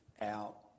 out